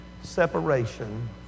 separation